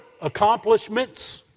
accomplishments